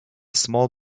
small